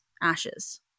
ashes